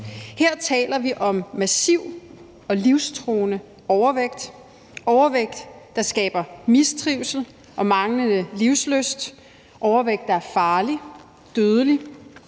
Her taler vi om massiv og livstruende overvægt; overvægt, der skaber mistrivsel og manglende livslyst; overvægt, der er farlig, dødelig,